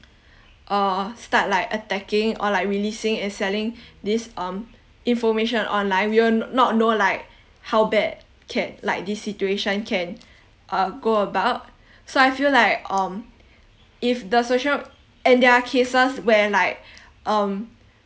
uh start like attacking or like releasing and selling this um information online we'll not know like how bad can like this situation can uh go about so I feel like um if the social and there are cases where like um